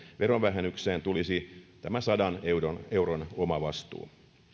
verovähennykseen tulisi sadan euron omavastuu